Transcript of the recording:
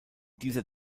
dieser